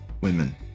women